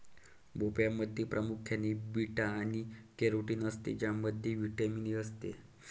भोपळ्यामध्ये प्रामुख्याने बीटा आणि कॅरोटीन असते ज्यामध्ये व्हिटॅमिन ए असते